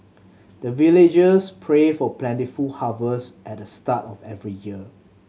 the villagers pray for plentiful harvest at the start of every year